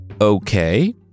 Okay